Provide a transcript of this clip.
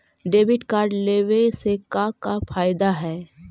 Debit card लेवे से का का फायदा है?